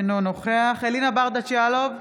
אינו נוכח אלינה ברדץ' יאלוב,